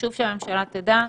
וחשוב שהממשלה תדע זאת.